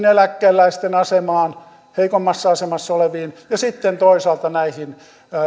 eläkeläisten heikommassa asemassa olevien ja sitten toisaalta näiden